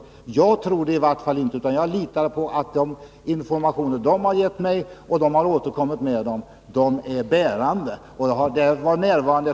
Jagtrori varje fall inte det. Jag litar på att de informationer de har givit mig är bärande.